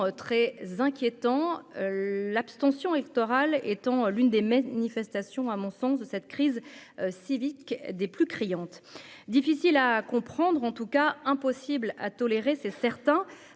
très inquiétant : l'abstention électorale étant l'une des Mestre, manifestation à mon sens de cette crise civique des plus criantes, difficile à comprendre, en tout cas, impossible à tolérer, c'est certain,